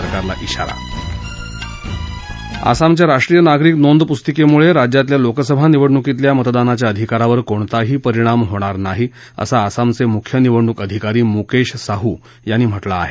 सरकारला इशारा आसामच्या राष्ट्रीय नागरिक नोंद पुस्तीकेमुळे राज्यातल्या लोकसभा निवडणुकीतल्या मतदानाच्या अधिकारावर कोणताही परिणाम होणार नाही असं आसामचे मुख्य निवडणूक अधिकारी मुकेश साहू यांनी म्हा कें आहे